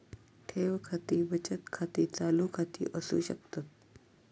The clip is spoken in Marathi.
ठेव खाती बचत खाती, चालू खाती असू शकतत